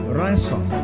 ransom